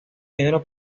dinero